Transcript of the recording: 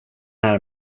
här